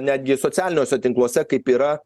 netgi socialiniuose tinkluose kaip yra